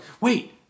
wait